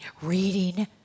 reading